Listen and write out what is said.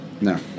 No